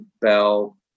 bell